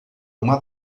uma